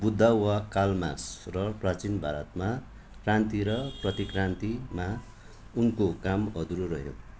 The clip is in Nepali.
बुद्ध वा कार्ल मार्क्स र प्राचिन भारतमा क्रान्ति र प्रतिक्रान्तिमा उनको काम अधुरो रह्यो